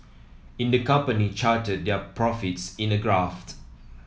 in the company charted their profits in a graph